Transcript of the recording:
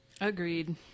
agreed